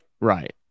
Right